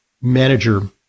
Manager